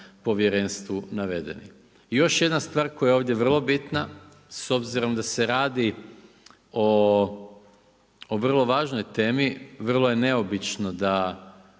povjerenstvu navedeni. Još jedna stvar koja je ovdje vrlo bitna, s obzirom da se radi o vrlo važnoj temi, vrlo je neobično da